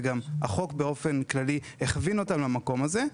וגם החוק הכווין אותה למקום הזה,